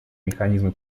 механизмы